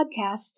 podcasts